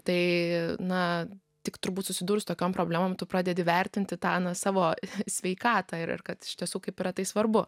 tai na tik turbūt susidūrus su tokiom problemom tu pradedi vertinti tą na savo sveikatą ir ir kad iš tiesų kaip yra tai svarbu